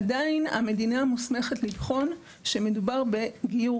עדיין המדינה מוסמכת לבחון שמדובר בגיור